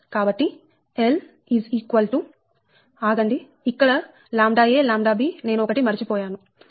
కాబట్టి L is equal to ఇక్కడ ʎa ʎb నేను ఒకటి మరచిపోయాను అది 0